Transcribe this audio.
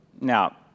Now